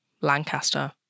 Lancaster